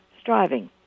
striving